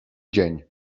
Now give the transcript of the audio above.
dzień